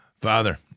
Father